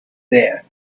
there